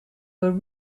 were